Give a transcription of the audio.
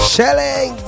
Shelling